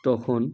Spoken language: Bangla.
তখন